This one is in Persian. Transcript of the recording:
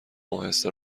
اهسته